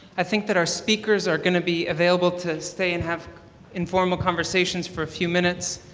i think that our speakers are going to be available to stay and have informal conversations for a few minutes.